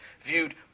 viewed